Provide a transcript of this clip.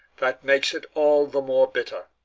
that makes it all the more bitter.